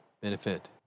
benefit